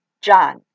John